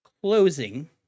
closing